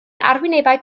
arwynebau